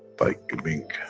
by giving,